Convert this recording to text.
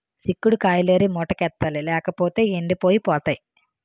సిక్కుడు కాయిలేరి మూటకెత్తాలి లేపోతేయ్ ఎండిపోయి పోతాయి